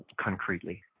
concretely